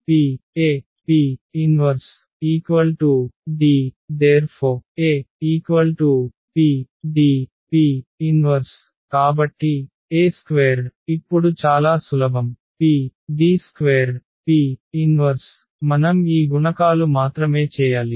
P 1AP D⇒A PDP 1 కాబట్టి A2 ఇప్పుడు చాలా సులభం PD2P 1 మనం ఈ గుణకాలు మాత్రమే చేయాలి